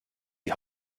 die